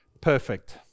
perfect